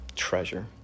treasure